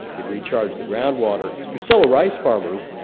you'd recharge the groundwater. you're still a rice farmer,